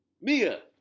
Mia